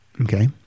okay